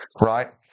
right